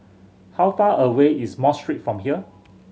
how far away is Mosque Street from here